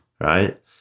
Right